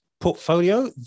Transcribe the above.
Portfolio